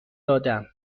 دادم